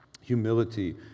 humility